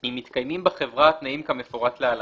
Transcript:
"אם מתקיימים בחברה התנאים כמפורט להלן: